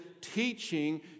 teaching